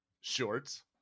Shorts